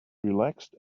relaxed